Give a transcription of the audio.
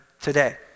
today